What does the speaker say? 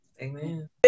Amen